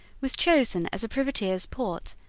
was chosen as a privateers' port,